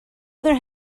other